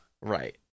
Right